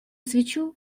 свечу